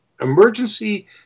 emergency